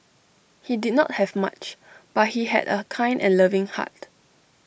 he did not have much but he had A kind and loving heart